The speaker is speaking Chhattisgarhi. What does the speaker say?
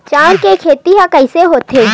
चांउर के खेती ह कइसे होथे?